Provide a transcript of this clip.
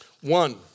One